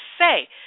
say